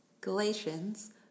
Galatians